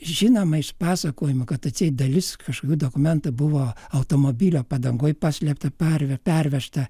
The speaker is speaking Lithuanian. žinoma iš pasakojimų kad atseit dalis kažkokių dokumentų buvo automobilio padangoj paslėpta per pervežta